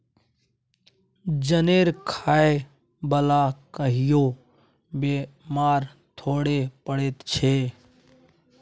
जनेर खाय बला कहियो बेमार थोड़े पड़ैत छै